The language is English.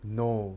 no